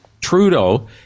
Trudeau